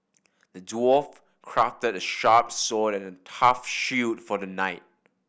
the dwarf crafted a sharp sword and a tough shield for the knight